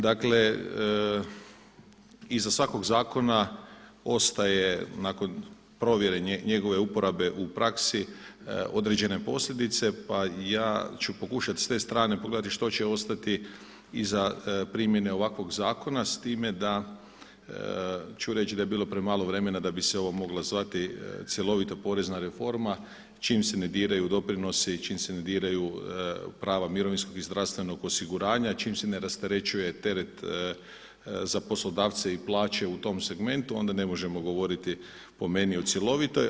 Dakle, iza svakog zakona ostaje nakon provjere njegove uporabe u praksi određene posljedice, pa ja ću pokušati s te strane pogledati što će ostati iza primjene ovakvog zakona, s time da ću reći da je bilo premalo vremena da bi se ovo moglo zvati cjelovita porezna reforma čim se ne diraju doprinosi, čim se ne diraju prava mirovinskog i zdravstvenog osiguranja, čim se ne rasterećuje teret za poslodavce i plaće u tom segmentu onda ne možemo govoriti po meni o cjelovitoj.